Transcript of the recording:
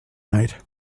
night